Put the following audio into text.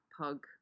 pug